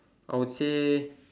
I would say